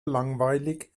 langweilig